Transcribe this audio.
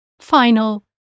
Final